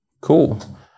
Cool